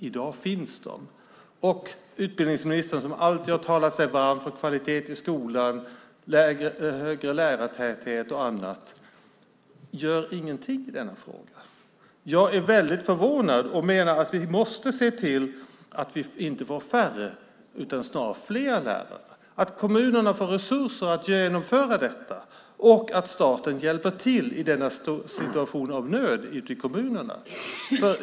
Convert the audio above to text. I dag finns de, men utbildningsministern som alltid har talat sig varm för kvalitet i skolan, högre lärartäthet och annat gör ingenting i denna fråga. Jag är väldigt förvånad och menar att vi måste se till att vi inte får färre utan snarare fler lärare, att kommunerna får resurser att genomföra detta och att staten hjälper till i denna situation av nöd ute i kommunerna.